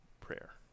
prayer